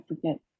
forget